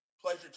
pleasure